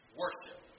worship